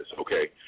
okay